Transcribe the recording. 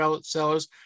Sellers